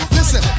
listen